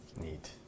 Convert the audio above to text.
Neat